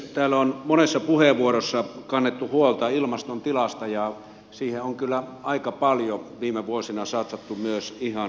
täällä on monessa puheenvuorossa kannettu huolta ilmaston tilasta ja siihen on kyllä aika paljon viime vuosina satsattu myös ihan suoraa rahaa